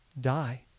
Die